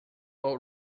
gallo